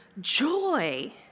joy